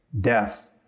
death